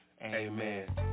Amen